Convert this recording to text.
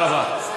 תודה רבה.